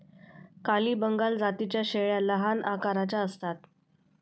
काली बंगाल जातीच्या शेळ्या लहान आकाराच्या असतात